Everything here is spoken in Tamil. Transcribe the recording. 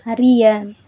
அறிய